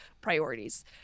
priorities